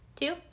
Two